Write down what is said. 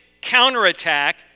counterattack